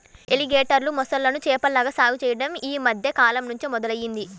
ఎలిగేటర్లు, మొసళ్ళను చేపల్లాగా సాగు చెయ్యడం యీ మద్దె కాలంనుంచే మొదలయ్యింది